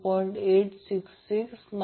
866 0